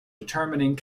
determining